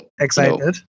excited